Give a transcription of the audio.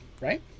right